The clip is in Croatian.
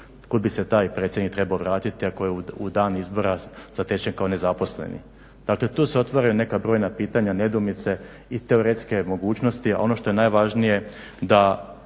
kud bi se taj predsjednik trebao vratiti ako je u dan izbora zatečen kao nezaposleni. Dakle, tu se otvaraju neka brojna pitanja, nedoumice i teoretske mogućnosti, a ono što je najvažnije da